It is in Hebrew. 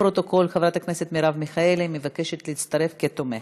21 חברי כנסת בעד, אין מתנגדים, אין נמנעים.